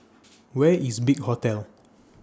Where IS Big Hotel